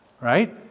Right